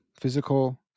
physical